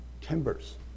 Timbers